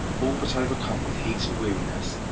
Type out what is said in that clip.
all but overcome with heat and weariness,